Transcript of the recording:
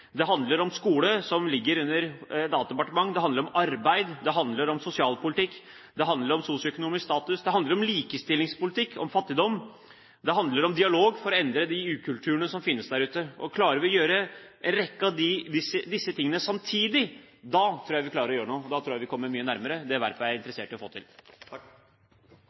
det handler om arbeid, om sosialpolitikk, om sosioøkonomisk status, om likestillingspolitikk, om fattigdom, om dialog for å endre de ukulturene som finnes der ute. Klarer vi å gjøre noe med en rekke av disse tingene samtidig, da tror jeg vi klarer å gjøre noe, da tror jeg vi kommer mye nærmere det Werp er interessert i å få til.